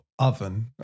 oven